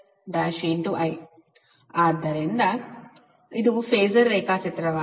ಆದ್ದರಿಂದ ಇದು ಫಾಸರ್ ರೇಖಾಚಿತ್ರವಾಗಿದೆ